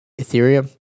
Ethereum